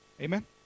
Amen